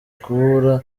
kubura